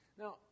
Now